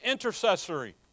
intercessory